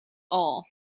all